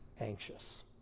anxious